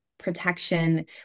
protection